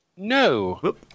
No